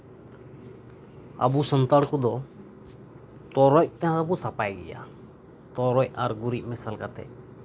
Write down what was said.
ᱟᱵᱚ ᱥᱟᱱᱛᱟᱲ ᱠᱚᱫᱚ ᱛᱚᱨᱚᱪ ᱛᱮᱦᱚᱸ ᱵᱚᱱ ᱥᱟᱯᱷᱟᱭ ᱜᱮᱭᱟ ᱛᱚᱨᱚᱪ ᱟᱨ ᱜᱩᱨᱤᱡ ᱢᱮᱥᱟᱞ ᱠᱟᱛᱮᱫ